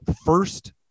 first